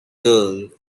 girl